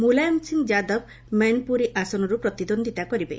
ମୁଲାୟମ ସିଂ ଯାଦବ ମୈନ୍ପୁରୀ ଆସନରୁ ପ୍ରତିଦ୍ୱନ୍ଦ୍ୱିତା କରିବେ